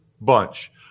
bunch